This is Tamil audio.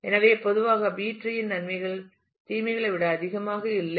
எனவே பொதுவாக பி டிரீஇன் நன்மைகள் தீமைகளை விட அதிகமாக இல்லை